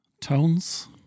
tones